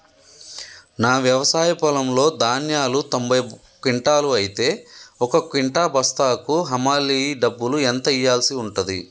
నా వ్యవసాయ పొలంలో ధాన్యాలు తొంభై క్వింటాలు అయితే ఒక క్వింటా బస్తాకు హమాలీ డబ్బులు ఎంత ఇయ్యాల్సి ఉంటది?